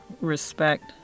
respect